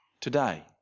today